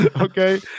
Okay